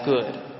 good